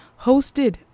hosted